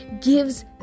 gives